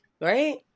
right